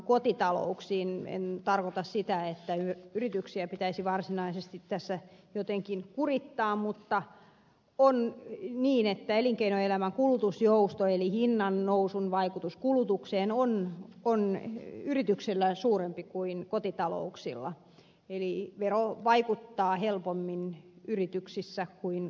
en tarkoita sitä että yrityksiä pitäisi varsinaisesti tässä jotenkin kurittaa mutta on niin että elinkeinoelämän kulutusjousto eli hinnannousun vaikutus kulutukseen on yrityksillä suurempi kuin kotitalouksilla eli vero vaikuttaa helpommin yrityksissä kuin kotitalouksissa